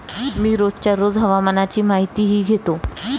मी रोजच्या रोज हवामानाची माहितीही घेतो